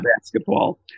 basketball